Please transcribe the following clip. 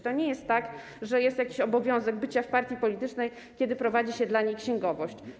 To nie jest tak, że jest jakiś obowiązek bycia w partii politycznej, kiedy prowadzi się dla niej księgowość.